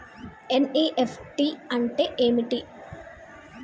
NEFT అంటే ఏంటిది?